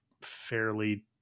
fairly